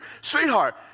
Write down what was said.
sweetheart